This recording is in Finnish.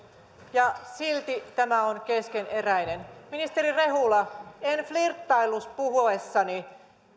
ja silti tämä on keskeneräinen ministeri rehula en flirttaillut puhuessani